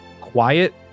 quiet